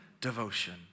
devotion